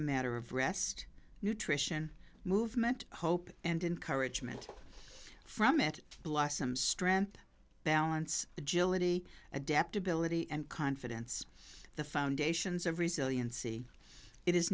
a matter of rest nutrition movement hope and encouragement from it blossom strength balance agility adaptability and confidence the foundations of resiliency it is